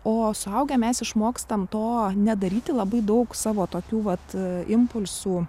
o suaugę mes išmokstam to nedaryti labai daug savo tokių vat impulsų